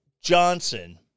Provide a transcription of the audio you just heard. Johnson